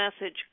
message